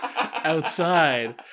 outside